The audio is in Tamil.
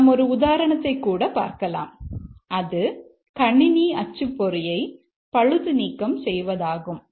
நாம் ஒரு உதாரணத்தை கூட பார்க்கலாம் அது கணினி அச்சு பொறியை பழுது நீக்கம் செய்வதாகும்